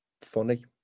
funny